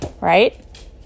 right